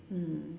mm